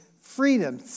freedom